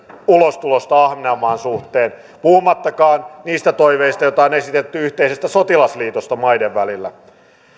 ulostulosta ahvenanmaan suhteen puhumattakaan niistä toiveista joita on esitetty yhteisestä sotilasliitosta maiden välillä